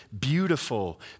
beautiful